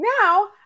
now